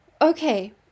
Okay